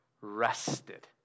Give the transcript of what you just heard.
rested